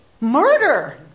Murder